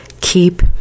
Keep